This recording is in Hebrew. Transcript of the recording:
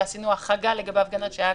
ועשינו החרגה לגבי הפגנות שהיה